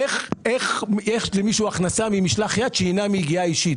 איך למישהו יש הכנסה ממשלח יד שאינה מיגיעה אישית?